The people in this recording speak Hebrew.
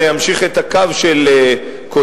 אני אמשיך את הקו של קודמי,